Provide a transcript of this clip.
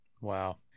wow